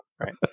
right